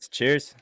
Cheers